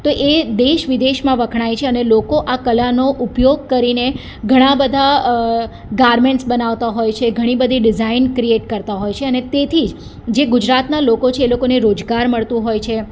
તો એ દેશ વિદેશમાં વખણાય છે અને લોકો આ કલાનો ઉપયોગ કરીને ઘણા બધા ગારમેન્ટ્સ બનાવતા હોય છે ઘણી બધી ડિઝાઇન ક્રિએટ કરતા હોય છે અને તેથી જ જે ગુજરાતના લોકો છે એ લોકોને રોજગાર મળતો હોય છે